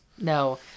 No